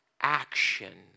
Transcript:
action